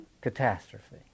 catastrophe